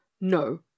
No